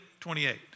28